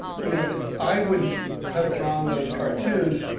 you know, it, i wouldn't have drawn those cartoons,